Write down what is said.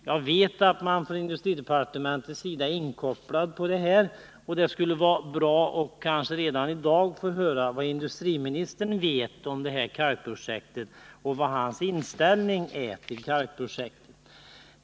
Jag vet att industridepartementet är inkopplat på denna fråga, varför det vore bra att kanske redan i dag få höra vad industriministern vet om det berörda kalkprojektet och vilken hans inställning är.